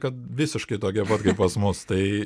kad visiškai tokie pat kaip pas mus tai